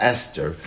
Esther